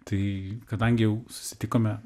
tai kadangi jau susitikome